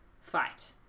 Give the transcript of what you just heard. fight